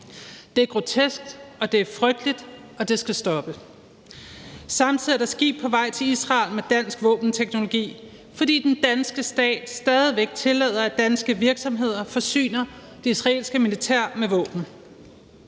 Det er grotesk, og det er frygteligt, og det skal stoppes. Samtidig er der skib på vej til Israel med dansk våbenteknologi, fordi den danske stat stadig væk tillader, at danske virksomheder forsyner det israelske militær med våben.